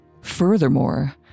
Furthermore